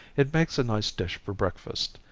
it makes a nice dish for breakfast,